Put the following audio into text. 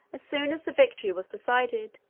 as soon as the victory was decided,